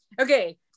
okay